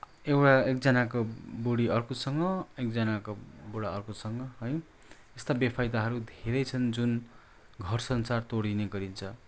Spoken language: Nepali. एउटा एकजनाको बुढी अर्कोसँग एकजना बुढा अर्कोसँग है यस्ता बेफाइदाहरू धेरै छन् जुन घर संसार तोडि्ने गरिन्छ